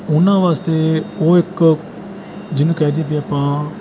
ਉਹਨਾਂ ਵਾਸਤੇ ਉਹ ਇੱਕ ਜਿਹਨੂੰ ਕਹਿ ਦਈਏ ਵੀ ਆਪਾਂ